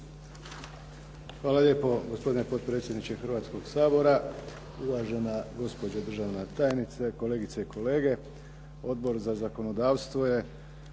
Hvala lijepo gospodine potpredsjedniče Hrvatskog sabora, uvažena gospođo državna tajnice, kolegice i kolege. Odbor za zakonodavstvo je